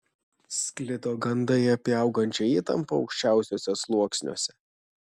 sklido gandai apie augančią įtampą aukščiausiuose sluoksniuose